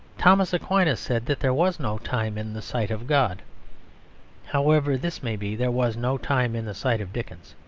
thomas aquinas said that there was no time in the sight of god however this may be, there was no time in the sight of dickens.